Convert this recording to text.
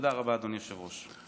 תודה רבה, אדוני היושב-ראש.